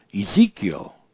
Ezekiel